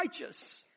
righteous